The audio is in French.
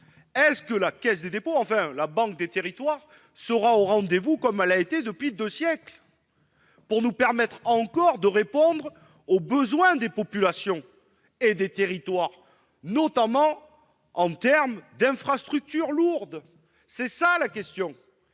future Banque des territoires, sera au rendez-vous, comme elle l'est depuis deux siècles, pour nous permettre encore de répondre aux besoins des populations et des territoires, notamment en termes d'infrastructures lourdes ? C'est la question.